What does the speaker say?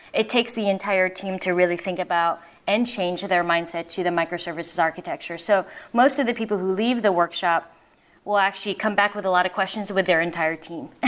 it takes the entire team to really think about and change their mindset to the microservices architecture. so most of the people who leave the workshop will actually come back with a lot of questions with their entire team,